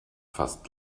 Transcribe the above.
fast